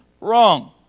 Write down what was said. wrong